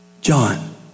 John